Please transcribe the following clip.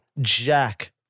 jack